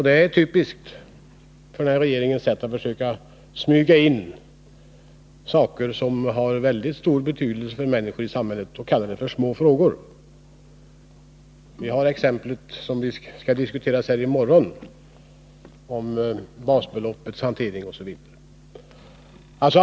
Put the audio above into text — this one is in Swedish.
Det är typiskt för den nuvarande regeringens sätt att försöka smyga in saker som har väldigt stor betydelse för människor i samhället att man kallar dem för små frågor — vi har ett exempel på det i den fråga som vi skall diskutera här i morgon, nämligen hur man har hanterat frågan om basbeloppet.